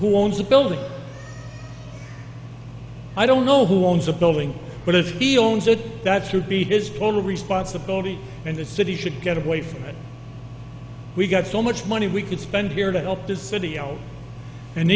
who owns the building i don't know who owns the building but if he owns it that should be his full responsibility and the city should get away from it we've got so much money we could spend here to help this city oh and